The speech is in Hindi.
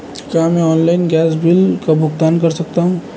क्या मैं ऑनलाइन गैस बिल का भुगतान कर सकता हूँ?